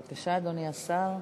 בבקשה, אדוני השר.